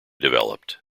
developed